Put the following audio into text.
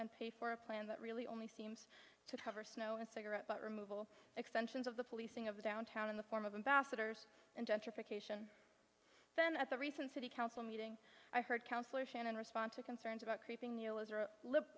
and pay for a plan that really only seem to cover snow and cigarette butt removal extensions of the policing of the downtown in the form of ambassadors and gentrification then at the recent city council meeting i heard councillor shannon respond to concerns about